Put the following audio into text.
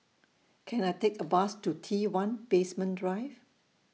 Can I Take A Bus to T one Basement Drive